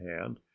hand